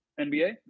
NBA